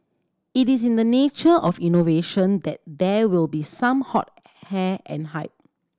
it is in the nature of innovation that there will be some hot hair and hype